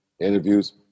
interviews